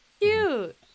Cute